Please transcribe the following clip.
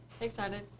excited